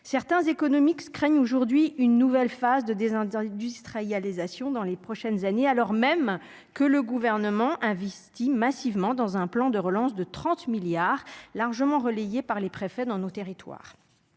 Certains économistes craignent que notre pays soit confronté à une nouvelle phase de désindustrialisation dans les prochaines années, alors même que le Gouvernement investit massivement dans un plan de relance de 30 milliards d'euros, largement relayé par les préfets dans nos territoires.